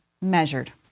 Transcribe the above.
measured